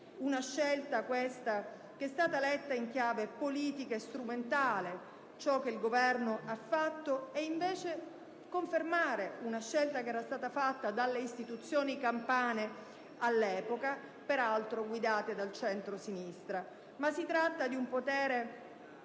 questa, che è stata letta in chiave politica e strumentale. Ciò che il Governo ha fatto è stato invece confermare una scelta che era stata assunta dalle istituzioni campane, all'epoca peraltro guidate dal centrosinistra. Si tratta tuttavia di un potere